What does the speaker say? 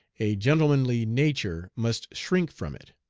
a gentlemanly nature must shrink from it.